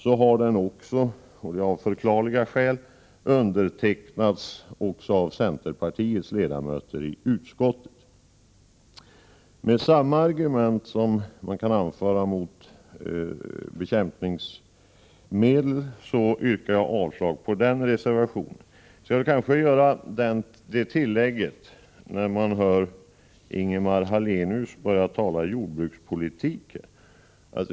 Denna reservation har — av förklarliga skäl — också undertecknats av centerpartiets ledamöter i utskottet. Med samma argument som jag nyss anförde mot reservation 3 yrkar jag avslag på reservation 4. Ingemar Hallenius börjar tala om jordbrukspolitik i den här debatten, och därför skulle jag vilja göra ett tillägg.